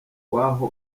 w’aho